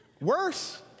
Worse